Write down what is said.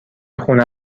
خونه